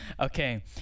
Okay